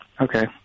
okay